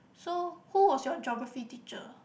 so who was your geography teacher